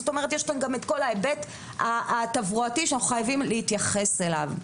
יש את כל ההיבט התברואתי שאנחנו חייבים להתייחס אליו.